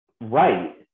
right